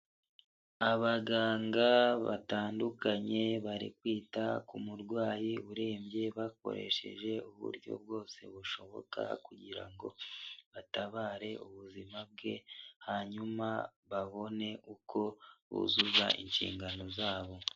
Abaganga batandukanye bari kwita ku murwayi urembye bakoresheje uburyo bwose bushoboka kugira ngo batabare ubuzima bwe hanyuma babone uko buzuza inshingano zabo.